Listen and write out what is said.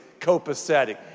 copacetic